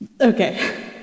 Okay